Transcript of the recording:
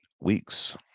weeks